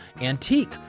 antique